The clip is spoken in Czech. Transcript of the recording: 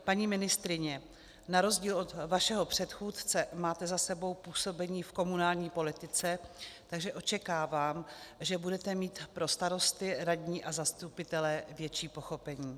Paní ministryně, na rozdíl od vašeho předchůdce máte za sebou působení v komunální politice, takže očekávám, že budete mít pro starosty, radní a zastupitele větší pochopení.